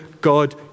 God